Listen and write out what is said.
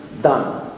Done